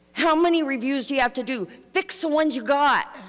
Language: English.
how many reviews do you have to do? fix the ones you got.